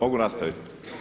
Mogu nastaviti?